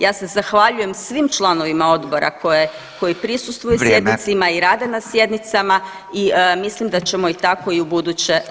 Ja se zahvaljujem svim članovima Odbora koji prisustvuju sjednicama [[Upadica: Vrijeme.]] i rade na sjednicama i mislim da ćemo tako i ubuduće